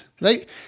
right